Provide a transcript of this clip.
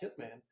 Hitman